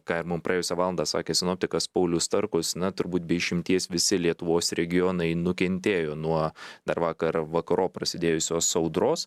ką ir mum praėjusią valandą sakė sinoptikas paulius starkus na turbūt be išimties visi lietuvos regionai nukentėjo nuo dar vakar vakarop prasidėjusios audros